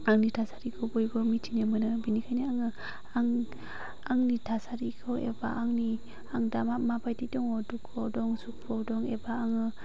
आंनि थासारिखौ बयबो मिथिनो मोनो बिनिखायनो आङो आंनि आंनि थासारिखौ एबा आंनि आं दा माबायदि दङ दुखुआव दं सुखुआव दं एबा आङो